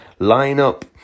lineup